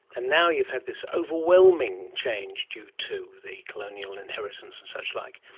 and now you've had this overwhelming change due to the colonial inheritance and suchlike,